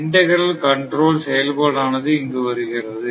integral control செயல்பாடானது இங்கு வருகிறது